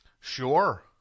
Sure